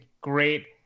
great